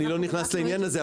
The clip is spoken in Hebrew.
אני לא נכנס לעניין הזה,